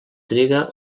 triga